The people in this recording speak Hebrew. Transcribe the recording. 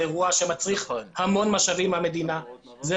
זה אירוע שמצריך המון משאבים מהמדינה וזה